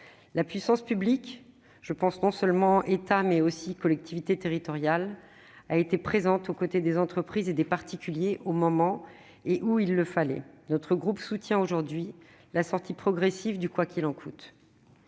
La puissance publique, que ce soit l'État ou les collectivités territoriales, a été présente aux côtés des entreprises et des particuliers au moment où il le fallait et là où il le fallait. Notre groupe soutient aujourd'hui la sortie progressive du « quoi qu'il en coûte